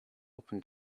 open